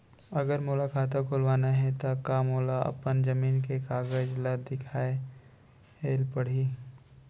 अगर मोला खाता खुलवाना हे त का मोला अपन जमीन के कागज ला दिखएल पढही?